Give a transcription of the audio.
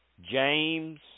James